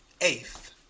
eighth